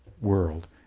world